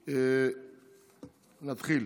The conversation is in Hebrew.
נתחיל.